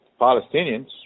Palestinians